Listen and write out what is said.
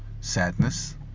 sadness